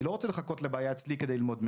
אני לא רוצה לחכות לבעיה אצלי כדי ללמוד ממנה.